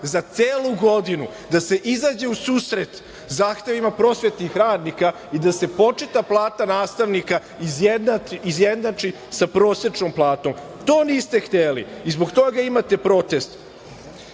za celu godinu, da se izađe u susret zahtevima prosvetnih radnika i da se početna plata nastavnika izjednači sa prosečnom platom. To niste hteli i zbog toga imate protest. Kada